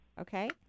okay